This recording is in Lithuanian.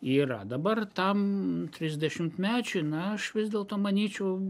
yra dabar tam trisdešimtmečiui na aš vis dėlto manyčiau